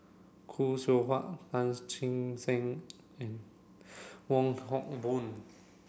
Khoo Seow Hwa Tan Che Sang and Wong Hock Boon